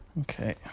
Okay